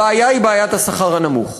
הבעיה היא בעיית השכר הנמוך.